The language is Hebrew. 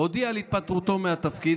הודיע על התפטרותו מהתפקיד.